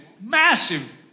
massive